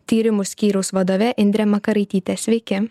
tyrimų skyriaus vadove indre makaraityte sveiki